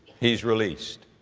he's released.